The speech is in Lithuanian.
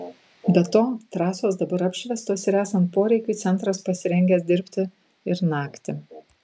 be to trasos dabar apšviestos ir esant poreikiui centras pasirengęs dirbti ir naktį